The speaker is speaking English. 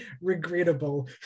regrettable